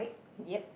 yep